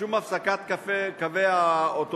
משום הפסקת התנועה של קווי האוטובוסים